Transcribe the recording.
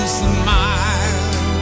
smile